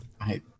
I-